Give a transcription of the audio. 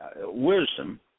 wisdom